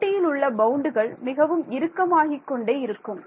Δt யில் உள்ள பவுண்ட்கள் மிகவும் இறுக்கமாகி கொண்டே இருக்கும்